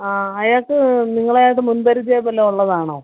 ആ അയാൾക്ക് നിങ്ങളുമായിട്ട് മുൻപരിചയം വല്ലോം ഉള്ളതാണോ